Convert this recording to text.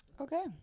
Okay